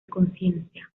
conciencia